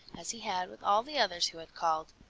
as he had with all the others who had called.